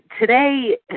today